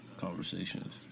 conversations